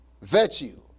virtue